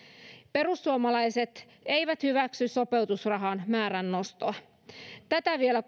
perussuomalaiset eivät hyväksy sopeutumisrahan määrän nostoa tätä vielä